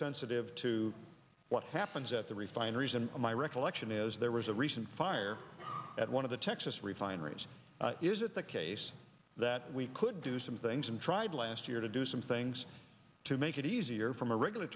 sensitive to what happens at the refineries and my recollection is there was a recent fire at one of the texas refineries is it the case that we could do some things and tried last year to do some things to make it easier from a